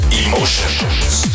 emotions